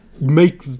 make